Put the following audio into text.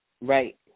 Right